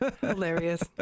Hilarious